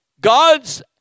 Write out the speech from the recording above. god's